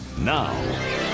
Now